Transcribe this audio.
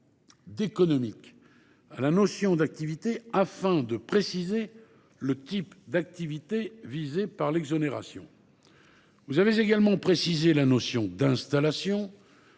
économiques » à la notion d’activités, afin de préciser le type d’activités visées par l’exonération. Vous avez également précisé la notion d’« installation